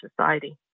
society